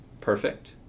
perfect